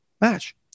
match